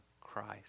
Christ